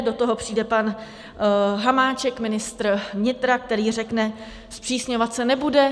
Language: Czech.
Do toho přijde pan Hamáček, ministr vnitra, který řekne, zpřísňovat se nebude.